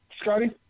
Scotty